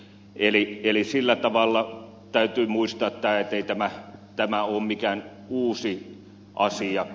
eli sillä tavalla täytyy muistaa että ei tämä ole mikään uusi asia